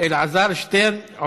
אלעזר שטרן, אני רשום?